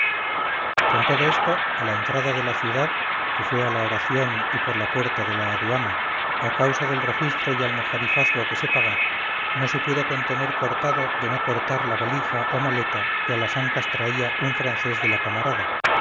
con todo esto a la entrada de la ciudad que fue a la oración y por la puerta de la aduana a causa del registro y almojarifazgo que se paga no se pudo contener cortado de no cortar la valija o maleta que a las ancas traía un francés de la camarada